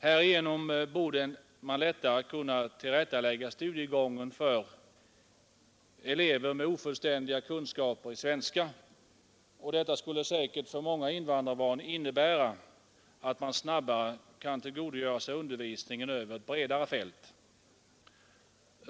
Härigenom borde man lättare kunna tillrättalägga studiegången för elever med ofullständiga kunskaper i svenska. Detta skulle säkert för många invandrarbarn innebära att man snabbare kan tillgodogöra sig undervisningen över ett bredare fält.